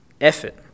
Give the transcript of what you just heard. effort